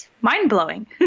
mind-blowing